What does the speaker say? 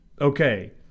okay